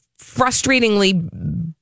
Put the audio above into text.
frustratingly